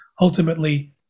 ultimately